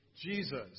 Jesus